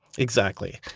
exactly.